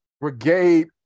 Brigade